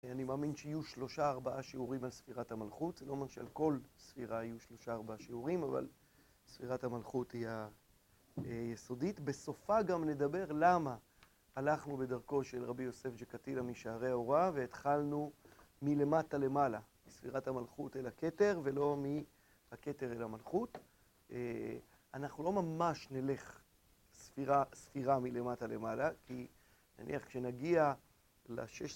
אני מאמין שיהיו שלושה-ארבעה שיעורים על ספירת המלכות. זה לא אומר שעל כל ספירה יהיו שלושה-ארבעה שיעורים, אבל ספירת המלכות היא היסודית. בסופה גם נדבר למה הלכנו בדרכו של רבי יוסף ג'קטילה משערי ההוראה, והתחלנו מלמטה למעלה, מספירת המלכות אל הכתר, ולא מהכתר אל המלכות. אנחנו לא ממש נלך ספירה ספירה מלמטה למעלה, כי נניח כשנגיע לשש...